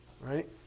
right